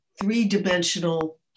three-dimensional